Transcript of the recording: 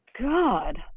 God